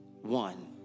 one